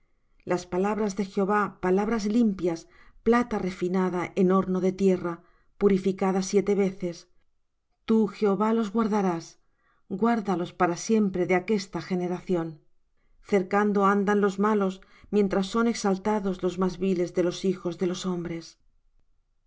las palabras de jehová palabras limpias plata refinada en horno de tierra purificada siete veces tú jehová los guardarás guárdalos para siempre de aquesta generación cercando andan los malos mientras son exaltados los más viles de los hijos de los hombres al